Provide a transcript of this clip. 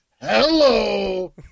hello